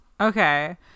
Okay